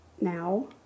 now